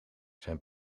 zijn